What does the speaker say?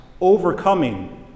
overcoming